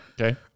Okay